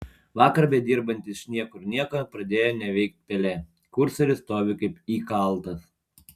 vakar bedirbant iš niekur nieko pradėjo neveikt pelė kursorius stovi kaip įkaltas